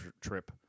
trip